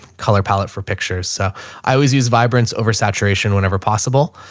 color palette for pictures. so i always use vibrance over-saturation whenever possible.